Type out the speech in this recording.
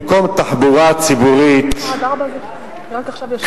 במקום תחבורה ציבורית קלה ונוחה,